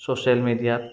social মেডিয়াত